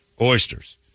oysters